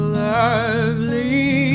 lovely